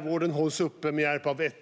Det hela hålls uppe med hjälp av 1